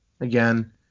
Again